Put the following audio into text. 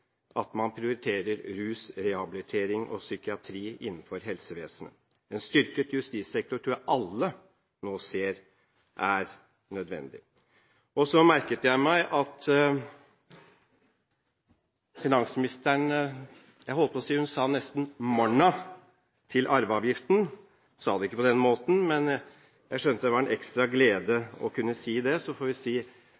at man prioriterer rus, rehabilitering og psykiatri innenfor helsevesenet. En styrket justissektor tror jeg alle nå ser er nødvendig. Jeg merket meg også at finansministeren – jeg holdt på å si – nesten sa «morn’a» til arveavgiften. Hun sa det ikke på den måten, men jeg skjønte at det var en ekstra glede